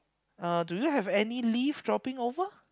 uh do you have any leaf dropping over